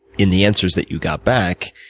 in the answers that you got back,